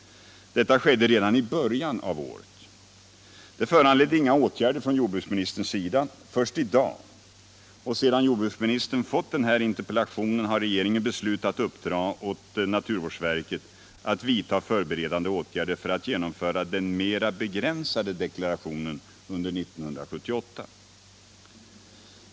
Detta skedde redan i början av året. Det föranledde inga åtgärder från jordbruksministerns sida. Först i dag och sedan jordbruksministern fått denna interpellation har regeringen beslutat uppdra åt naturvårdsverket att vidta förberedande åtgärder för att genomföra den mer begränsade deklarationen under 1978.